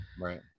right